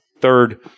third